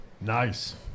nice